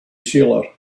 sealer